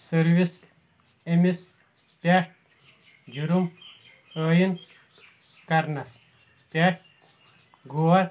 service أمِس پٮ۪ٹھ جُرم عٲیِد کَرنس پٮ۪ٹھ غور